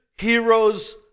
heroes